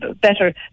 better